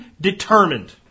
determined